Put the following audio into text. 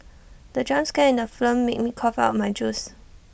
the jump scare in the film made me cough out my juice